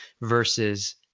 Versus